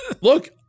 look